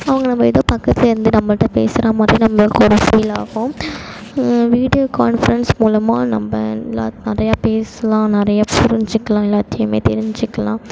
அவங்க நம்ம ஏதோ பக்கத்தில் இருந்து நம்மகிட்ட பேசுகிற மாதிரி நம்மளுக்கு ஒரு ஃபீல் ஆகும் வீடியோ கான்ஃபரன்ஸ் மூலமாக நம்ம நிறையா பேசலாம் நிறையா புரிஞ்சுக்கலாம் எல்லாத்தையுமே தெரிஞ்சுக்கலாம்